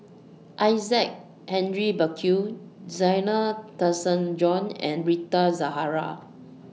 Isaac Henry Burkill Zena Tessensohn and Rita Zahara